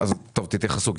בבקשה תתייחסו.